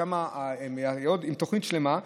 שם יש תוכנית שלמה.